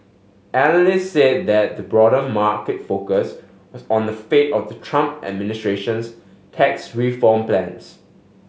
analysts said that the broader market focus was on the fate of the Trump administration's tax reform plans